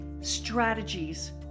strategies